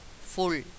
full